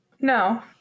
No